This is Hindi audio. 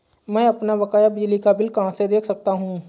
मैं अपना बकाया बिजली का बिल कहाँ से देख सकता हूँ?